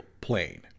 plane